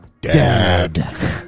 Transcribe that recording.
Dad